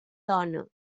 dona